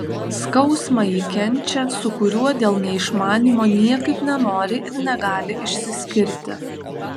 skausmą ji kenčia su kuriuo dėl neišmanymo niekaip nenori ir negali išsiskirti